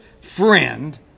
friend